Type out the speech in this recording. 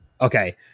Okay